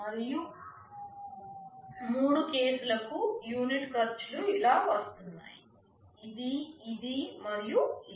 మరియు మూడు కేసులకు యూనిట్ ఖర్చులు ఇలా వస్తున్నాయి ఇది ఇది మరియు ఇది